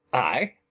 i?